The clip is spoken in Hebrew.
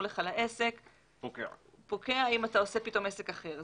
לך לעסק פוקע אם אתה עושה פתאום עסק אחר.